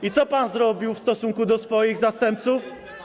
I co pan zrobił w stosunku do swoich zastępców?